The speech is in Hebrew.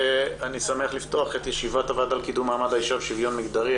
אני שמח לפתוח את ישיבת הוועדה לקידום מעמד האישה ולשוויון מגדרי.